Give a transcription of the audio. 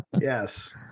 yes